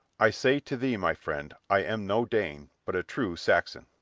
i say to thee, my friend, i am no dane, but a true saxon.